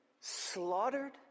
slaughtered